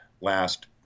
last